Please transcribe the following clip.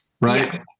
right